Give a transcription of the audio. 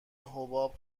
حباب